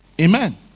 Amen